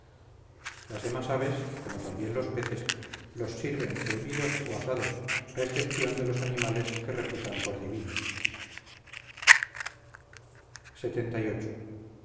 las demás aves como también los peces los sirven hervidos o asados a excepción de los animales que reputan por divinos lxxviii